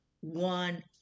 one